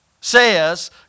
says